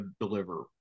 deliver